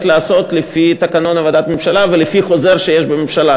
לעשות לפי תקנון עבודת ממשלה ולפי חוזר שיש בממשלה.